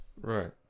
Right